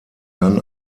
dann